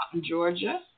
Georgia